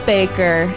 Baker